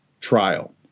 trial